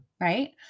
right